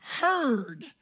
heard